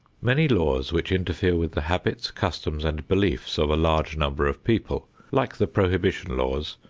many laws which interfere with the habits, customs and beliefs of a large number of people, like the prohibition laws,